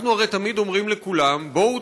אנחנו הרי אומרים תמיד לכולם: בואו,